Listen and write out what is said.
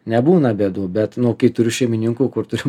nebūna bėdų bet nu kai turiu šeimininkų kur turim